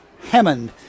Hammond